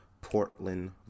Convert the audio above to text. Portland